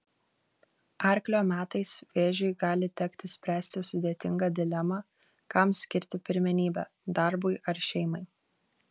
arklio metais vėžiui gali tekti spręsti sudėtingą dilemą kam skirti pirmenybę darbui ar šeimai